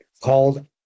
called